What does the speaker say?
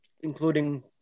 including